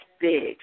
big